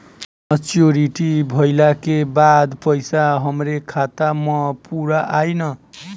Maturity भईला के बाद पईसा हमरे खाता म पूरा आई न?